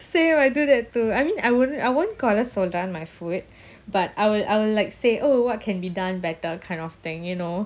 say until that too I mean I wouldn't I won't சொல்றேன்:solren my food but I will I will like say oh what can be done better kind of thing you know